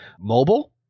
mobile